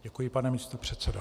Děkuji, pane místopředsedo.